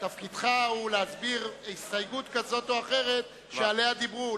תפקידך הוא להסביר הסתייגות כזאת או אחרת שעליה דיברו,